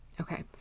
Okay